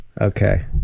Okay